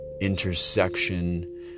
intersection